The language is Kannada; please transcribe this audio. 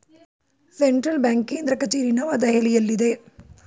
ಸೆಂಟ್ರಲ್ ಬ್ಯಾಂಕ್ ಕೇಂದ್ರ ಕಚೇರಿ ನವದೆಹಲಿಯಲ್ಲಿದೆ